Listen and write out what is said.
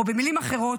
או במילים אחרות,